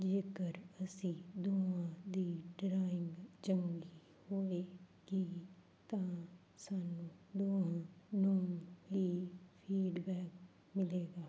ਜੇਕਰ ਅਸੀਂ ਦੋਵਾਂ ਦੀ ਡਰਾਇੰਗ ਚੰਗੀ ਹੋਵੇਗੀ ਤਾਂ ਸਾਨੂੰ ਦੋਹਾਂ ਨੂੰ ਹੀ ਫੀਡਬੈਕ ਮਿਲੇਗਾ